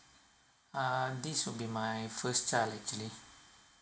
uh this will be my first child actually